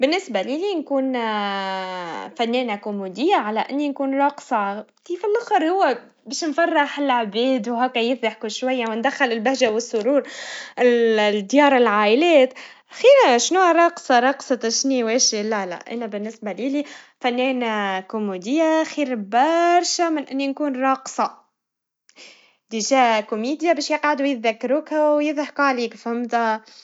بالنسا لي لينكون فنانا كوميديا, على إني نكون راقصا, كيف فالآخر هوا باش نفرح العباد, وهكا يفرح كل شويا, وندخل البهجا والسرور, ال-